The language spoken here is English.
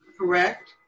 Correct